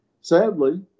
sadly